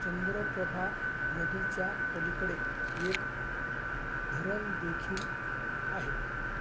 चंद्रप्रभा नदीच्या पलिकडे एक धरण देखील आहे